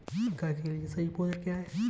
गाय के लिए सही भोजन क्या है?